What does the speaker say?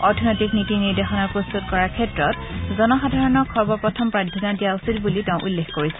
অৰ্থনৈতিক নীতি নিৰ্দেশনা প্ৰস্তুত কৰাৰ ক্ষেত্ৰত জনসাধাৰণক সৰ্বপ্ৰথম প্ৰাধান্য দিয়া উচিত বুলিও তেওঁ উল্লেখ কৰিছে